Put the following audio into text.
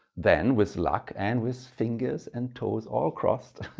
then, with luck and with fingers and toes all crossed,